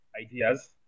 ideas